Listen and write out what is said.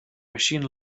machine